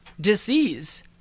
disease